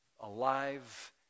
Alive